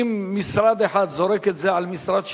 ואם משרד אחד זורק את זה על משרד שני,